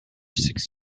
six